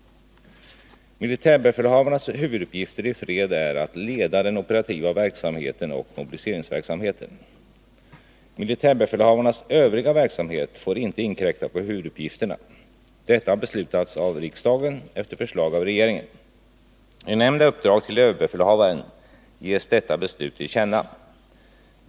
Militärbefälhavarnas huvuduppgifter i fred är att leda den operativa verksamheten och mobiliseringsverksamheten. Militärbefälhavarnas övriga verksamhet får inte inkräkta på huvuduppgifterna. Detta har beslutats av riksdagen efter förslag av regeringen. I nämnda uppdrag till överbefälhavaren ges detta beslut till känna.